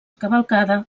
cavalcada